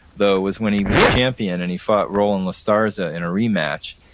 though, was when he was champion and he fought roland la starza in a rematch,